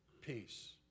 peace